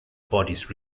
bodies